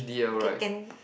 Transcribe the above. okay can